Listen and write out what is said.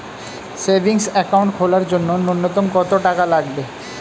Savings account খোলার জন্য নূন্যতম কত টাকা লাগবে?